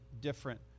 different